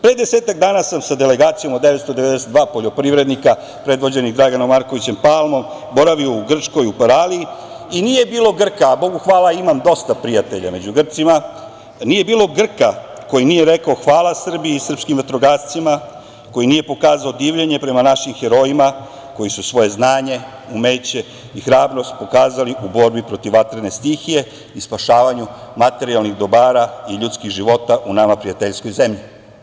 Pre desetak dana sam sa delegacijom od 992 poljoprivrednika, predvođenih Draganom Markovićem Palmom, boravio u Grčkoj, u Paraliji, i nije bilo Grka, a Bogu hvala, imam dosta prijatelja među Grcima, nije bilo Grka koji nije rekao – hvala Srbiji i srpskim vatrogascima, koji nije pokazao divljenje prema našim herojima, koji su svoje znanje, umeće i hrabrost pokazali u borbi protiv vatrene stihije i spašavanju materijalnih dobara i ljudskih života u nama prijateljskoj zemlji.